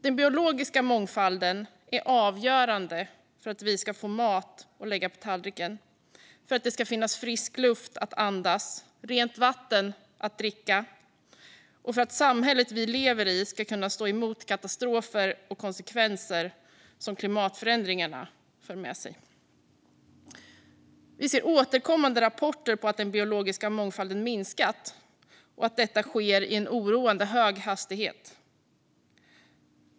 Den biologiska mångfalden är avgörande för att vi ska få mat att lägga på tallriken, för att det ska finnas frisk luft att andas och rent vatten att dricka och för att samhället vi lever i ska kunna stå emot de katastrofer och konsekvenser som klimatförändringarna för med sig. Vi ser återkommande rapporter om att den biologiska mångfalden minskat och att detta sker i en oroande hög hastighet.